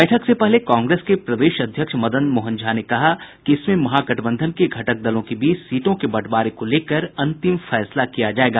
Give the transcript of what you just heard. बैठक से पहले कांग्रेस के प्रदेश अध्यक्ष मदन मोहन झा ने कहा था कि इसमें महागठबंधन के घटक दलों के बीच सीटों के बंटवारे को लेकर अंतिम फैसला किया जायेगा